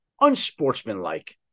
unsportsmanlike